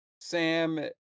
Sam